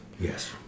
Yes